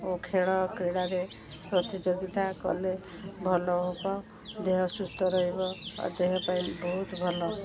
ଓ ଖେଳ କ୍ରୀଡ଼ାରେ ପ୍ରତିଯୋଗିତା କଲେ ଭଲ ହେବ ଦେହ ସୁସ୍ଥ ରହିବ ଆଉ ଦେହ ପାଇଁ ବହୁତ ଭଲ